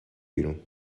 بیرون